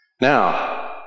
Now